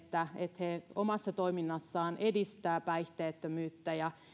niille toimijoille että he omassa toiminnassaan edistävät päihteettömyyttä ja